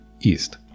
east